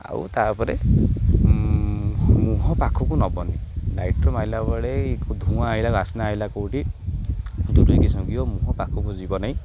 ଆଉ ତା'ପରେ ମୁହଁ ପାଖକୁ ନେବନି ଲାଇଟର୍ ମାରିଲା ବେଳେ ଧୂଆଁ ଆଇଲା ବାସ୍ନା ଆଇଲା କେଉଁଠି ଦୂରେ ରହିକି ଶୁଙ୍ଘିବ ମୁହଁ ପାଖକୁ ଯିବନି